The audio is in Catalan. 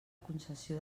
concessió